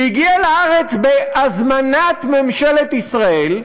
שהגיע לארץ בהזמנת ממשלת ישראל,